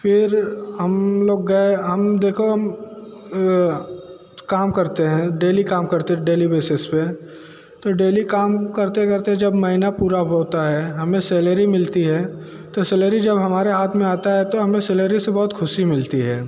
फिर हम लोग गए हम देखो हम काम करते हैं डेली काम करते है डेली बेसिस पर तो डेली काम करते करते जब महिना पूरा होता है हमें सैलरी मिलती है तो सैलरी जब हमारे हाथ मे आता है तो हमें सैलरी से बहुत ख़ुशी मिलती है